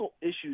issues